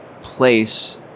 Place